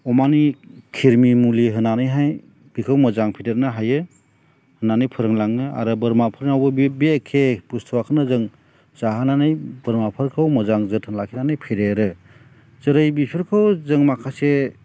अमानो खिरमि मुलि होनानैहाय बेखौ मोजां फेदेरनो हायो होननानै फोरोंलाङो आरो बोरमाफोरनावबो बे एखे बुस्थुआखोनो जों जाहोनानै बोरमाफोरखौ मोजां जोथोन लाखिनानै फेदेरो जेरै बिफोरखौ जों माखासे